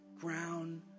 ground